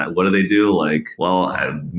what do they do? like well and